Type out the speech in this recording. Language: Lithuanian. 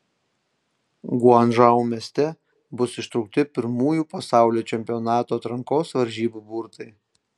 guangdžou mieste bus ištraukti pirmųjų pasaulio čempionato atrankos varžybų burtai